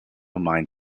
mine